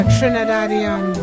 Trinidadian